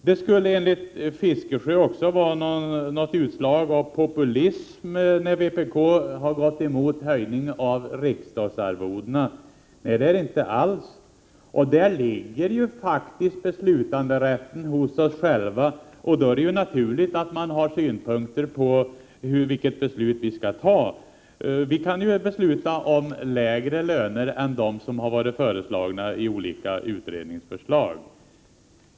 Det skulle enligt Bertil Fiskesjö också vara något utslag av populism när vpk har gått emot höjningen av riksdagsarvodena. Nej, det är det inte alls. Beslutanderätten ligger faktiskt hos oss själva, och då är det naturligt att man har synpunkter på vilket beslut vi skall fatta. Vi kan ju besluta om lägre löner än de som har nämnts i olika utredningsförslag.